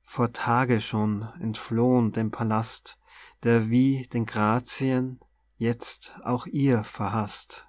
vor tage schon entflohen dem palast der wie den grazien jetzt auch ihr verhaßt